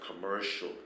commercial